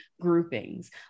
groupings